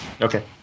Okay